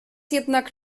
jednak